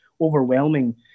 overwhelming